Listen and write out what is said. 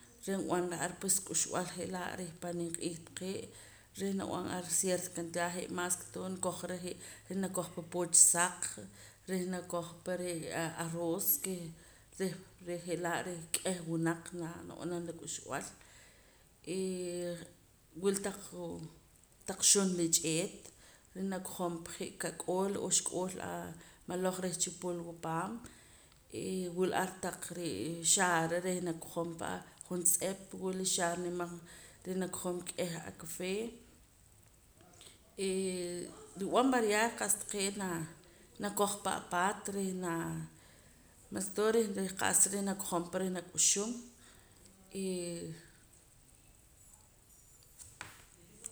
Reh nb'ara ar pues k'uxb'al je'laa' reh pan nimq'iij taqee' reh nab'an ar cierta cantidad je' mas ke todo nkojra je' reh nakojpa pooch saq reh nakoj pa re' a aroos ke reh reh je'laa k'eh wunaq na nab'anam la k'uxb'al eeh wula taqu taq xun rich'eet reh nakojom pa je' ka'k'ool oxk'ool amaloj reh chipulwa paam eh wula ar taq re'ee xaara reh nakojom pa jontz'ep wula xaara nimaq reh nakojom k'eh acafé nrib'an variar qa'sa taqee' naa nakoj pan apaat reh naa mas ke todo reh reh qa'sa nakojom pa reh nak'uxum